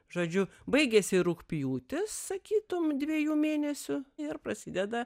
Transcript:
žodžiu baigiasi rugpjūtis sakytum dviejų mėnesių ir prasideda